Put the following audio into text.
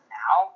now